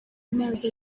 amazi